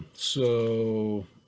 so,